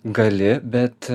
gali bet